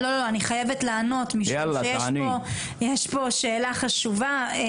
אני חייבת לענות משום שיש פה שאלה חשובה.